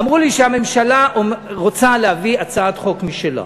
אמרו לי שהממשלה רוצה להביא הצעת חוק משלה.